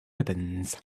ribbons